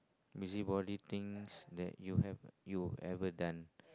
busybody things that you have you ever done